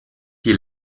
die